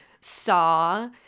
saw